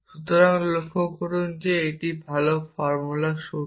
সুতরাং লক্ষ্য করুন যে এটিও ভাল ফর্ম সূত্র